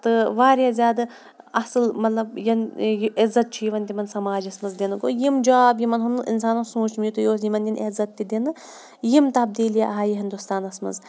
تہٕ واریاہ زیادٕ اَصٕل مطلب یَنہٕ یہِ عزت چھُ یِوان تِمَن سماجَس منٛز دِنہٕ گوٚو یِم جاب یِمَن ہُنٛد نہٕ اِنسانَن سوٗنٛچمُتُے اوس یِمَن یِن عزت تہِ دِنہٕ یِم تبدیٖلیہِ آیہِ ہِندُستانَس منٛز